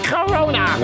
Corona